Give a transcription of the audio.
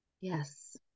Yes